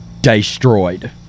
destroyed